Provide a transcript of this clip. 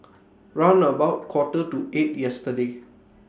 round about Quarter to eight yesterday